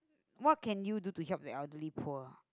what can you do to help the elderly poor